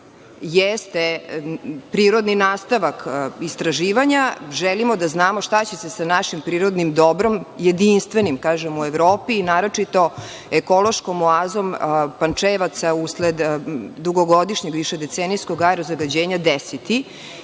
jeste prirodni nastavak istraživanja, želimo da znamo - šta će sa našim prirodnim dobrom, jedinstvenim u Evropi, naročito ekološkom oazom Pančevaca usled dugogodišnjeg, višedecenijskog zagađenja desiti?